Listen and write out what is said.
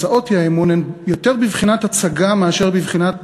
הן יותר בבחינת הצגה מאשר בבחינת